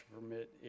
permit